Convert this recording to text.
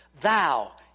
thou